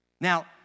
Now